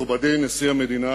מכובדי נשיא המדינה